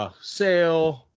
Sale